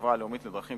החברה הלאומית לדרכים,